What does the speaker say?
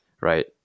Right